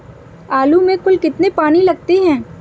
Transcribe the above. आलू में कुल कितने पानी लगते हैं?